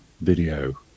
video